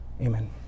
Amen